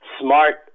smart